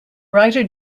writer